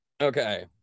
okay